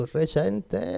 recente